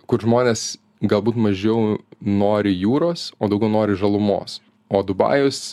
kur žmonės galbūt mažiau nori jūros o daugiau nori žalumos o dubajus